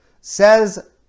Says